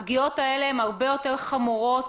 הפגיעות האלה הן הרבה יותר חמורות